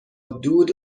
دود